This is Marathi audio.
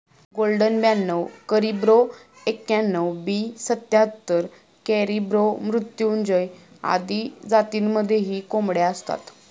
गोल्डन ब्याणव करिब्रो एक्याण्णण, बी सत्याहत्तर, कॅरिब्रो मृत्युंजय आदी जातींमध्येही कोंबड्या असतात